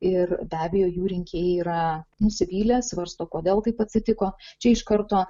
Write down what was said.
ir be abejo jų rinkėjai yra nusivylę svarsto kodėl taip atsitiko čia iš karto